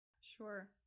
Sure